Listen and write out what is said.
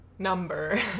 number